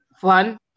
fun